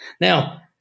Now